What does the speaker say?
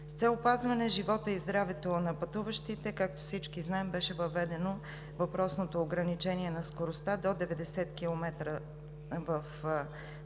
С цел опазване живота и здравето на пътуващите, както всички знаем, беше въведено въпросното ограничение на скоростта до 90 км в час,